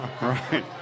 Right